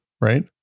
right